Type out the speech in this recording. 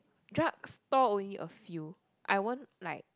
drug store only a few I won't like